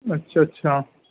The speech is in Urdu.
اچھا اچھا